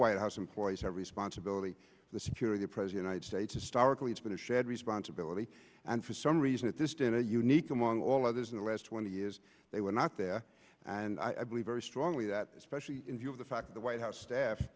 white house employees have responsibility for the security present i'd say to starkly it's been a shared responsibility and for some reason it's just in a unique among all others in the last twenty years they were not there and i believe very strongly that especially in view of the fact the white house staff